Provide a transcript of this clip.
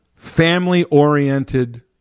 family-oriented